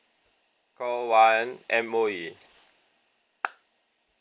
call one M_O_E